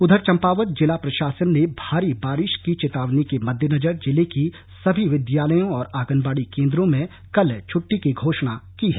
उधर चम्पावत जिला प्रशासन ने भारी बारिश की चेतावनी के मद्देनजर जिले की सभी विद्यालयों और आगनबाड़ी केंद्रों में कल छ्ट्टी की घोषणा की है